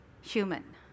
human